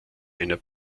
einer